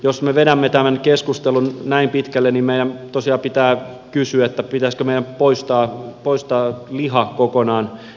jos me vedämme tämän keskustelun näin pitkälle niin meidän tosiaan pitää kysyä pitäisikö meidän poistaa liha kokonaan elintarviketuotannosta